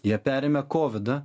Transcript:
jie perėmė kovidą